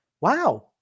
wow